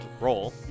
roll